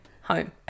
home